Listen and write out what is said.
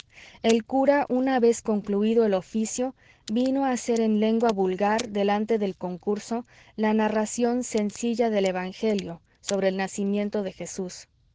el cura una vez concluido el oficio vino a hacer en lengua vulgar delante del concurso la narración sencilla del evangelio sobre el nacimiento de jesús